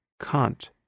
Kant